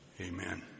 Amen